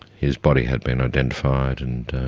his body had been identified. and